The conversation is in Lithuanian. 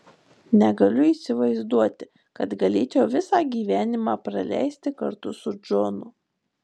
negaliu įsivaizduoti kad galėčiau visą gyvenimą praleisti kartu su džonu